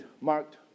marked